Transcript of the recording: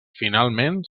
finalment